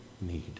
need